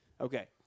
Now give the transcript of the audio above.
Okay